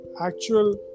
actual